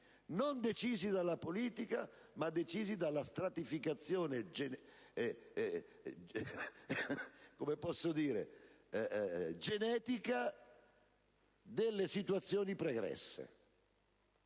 non decisi dalla politica ma dalla stratificazione genetica delle situazioni pregresse.